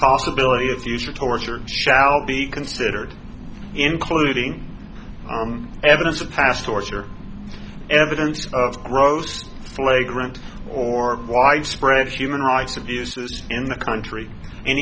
possibility of future torture shall be considered including evidence of past torture evidence of gross flagrant or live spread fumin rights abuses in the country